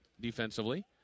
defensively